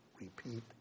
repeat